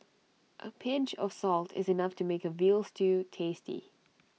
A pinch of salt is enough to make A Veal Stew tasty